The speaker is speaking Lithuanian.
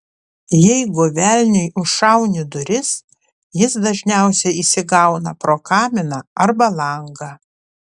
jeigu velniui užšauni duris jis dažniausiai įsigauna pro kaminą arba langą